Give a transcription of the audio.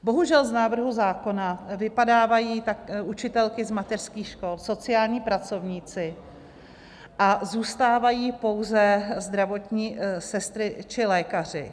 Bohužel z návrhu zákona vypadávají tak učitelky z mateřských škol, sociální pracovníci a zůstávají pouze zdravotní sestry či lékaři.